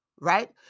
right